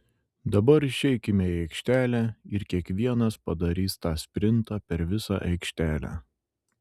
dabar išeikime į aikštelę ir kiekvienas padarys tą sprintą per visą aikštelę